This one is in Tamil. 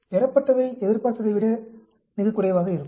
பெறப்பட்டவை எதிர்பார்த்ததை விட மிகக் குறைவாக இருக்கும்